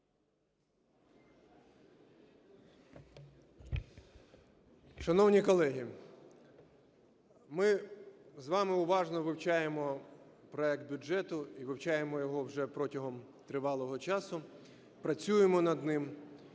Шановні колеги, ми з вами уважно вивчаємо проект бюджету і вивчаємо його вже протягом тривалого часу, працюємо над ним,